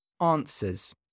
Answers